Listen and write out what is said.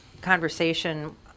conversation